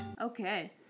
okay